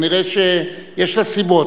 כנראה יש לה סיבות.